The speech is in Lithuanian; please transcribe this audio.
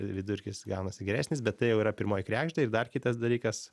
vidurkis gaunasi geresnis bet tai jau yra pirmoji kregždė ir dar kitas dalykas